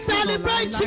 Celebrate